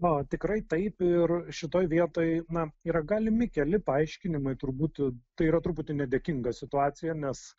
na tikrai taip ir šitoj vietoj na yra galimi keli paaiškinimai turbūt tai yra truputį nedėkinga situacija nes